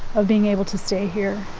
of being able to stay here.